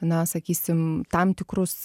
na sakysim tam tikrus